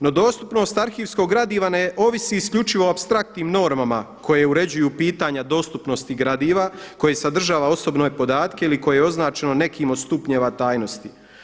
No, dostupnost arhivskog gradiva ne ovisi isključivo o apstraktnim normama koje uređuju pitanja dostupnosti gradiva koje sadržava osobne podatke ili koje je označeno nekim od stupnjeva tajnosti.